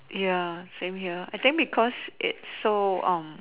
ya same here I think because it's so um